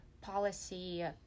policy